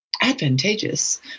advantageous